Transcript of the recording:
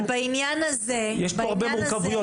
יש פה הרבה מורכבויות.